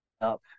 up